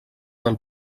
del